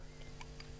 שלא יגונה.